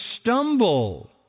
stumble